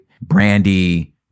Brandy